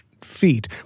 feet